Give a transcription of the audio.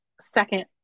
second